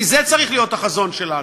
כי זה צריך להיות החזון שלנו,